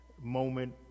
moment